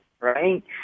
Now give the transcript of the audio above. right